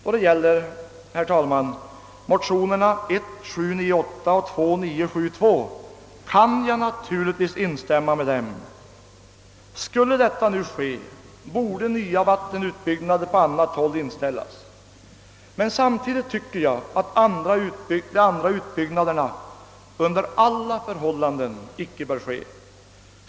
Då det gäller motionerna I: 798 och II: 972 kan jag naturligtvis instämma med dem. Om utskottets förslag skulle bifallas, torde nya vattenutbyggnader på annat håll inställas. Men jag tycker, att dessa andra utbyggnader under alla förhållanden icke bör ske.